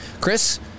Chris